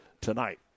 tonight